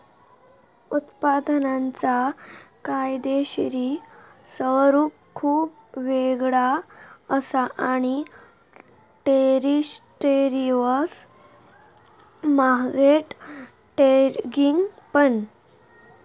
उत्पादनांचा कायदेशीर स्वरूप खुप वेगळा असा आणि डेरिव्हेटिव्ह मार्केट ट्रेडिंग पण